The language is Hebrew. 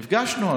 נפגשנו.